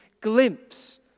glimpse